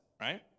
right